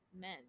men